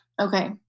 Okay